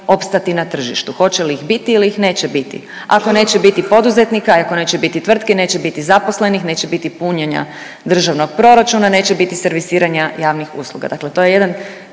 opstati na tržištu, hoće li ih biti ili ih neće biti. Ako neće biti poduzetnika i ako neće biti tvrtki, neće biti zaposlenih, neće biti punjenja državnog proračuna, neće biti servisiranja javnih usluga. Dakle to je jedan